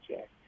Jack